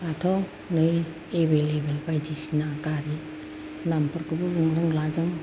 दाथ' नै एबेल लेबेल बायदिसिना गारि नामफोरखौबो बुंनो रोंला जों